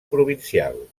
provincial